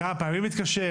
כמה פעמים התקשר,